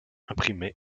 imprimées